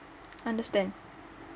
understand